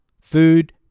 food